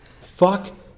Fuck